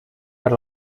per